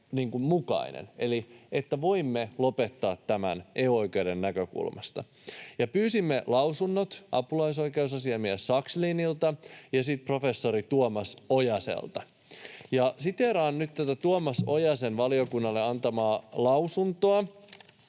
eli että voimme lopettaa tämän EU-oikeuden näkökulmasta. Pyysimme lausunnot apulaisoikeusasiamies Sakslinilta ja sitten professori Tuomas Ojaselta, ja siteeraan nyt tätä Tuomas Ojasen valiokunnalle antamaa lausuntoa.